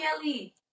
Kelly